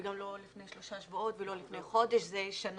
גם לא לפני שלושה שבועות וגם לא לפני חודש אלא לפני שנה.